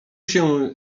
się